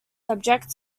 subject